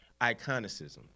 iconicism